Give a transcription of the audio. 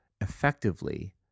effectively